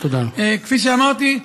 כפי שאמרתי,